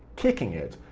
kicking it,